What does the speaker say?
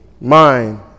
mind